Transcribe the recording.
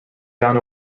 down